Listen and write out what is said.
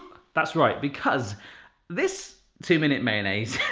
that's right because this two minute mayonnaise